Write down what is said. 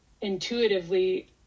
intuitively